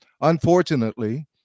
Unfortunately